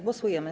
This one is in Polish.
Głosujemy.